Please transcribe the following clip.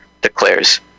declares